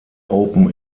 open